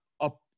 up